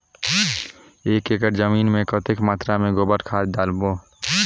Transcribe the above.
एक एकड़ जमीन मे कतेक मात्रा मे गोबर खाद डालबो?